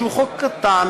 והוא חוק קטן,